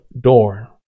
door